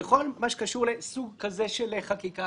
בכל מה שקשור לסוג כזה של חקיקה,